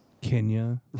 Kenya